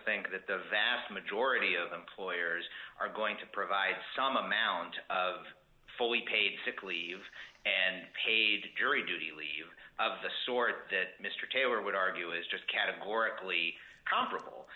think that the vast majority of employers are going to provide some amount of fully paid sick leave and paid jury duty leave of the sort that mr taylor would argue is just categorically comparable